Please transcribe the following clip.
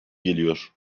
geliyor